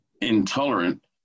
intolerant